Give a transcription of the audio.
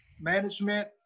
management